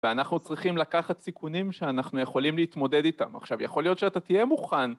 ואנחנו צריכים לקחת סיכונים שאנחנו יכולים להתמודד איתם. עכשיו, יכול להיות שאתה תהיה מוכן